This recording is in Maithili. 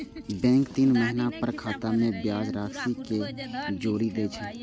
बैंक तीन महीना पर खाता मे ब्याज राशि कें जोड़ि दै छै